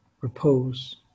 repose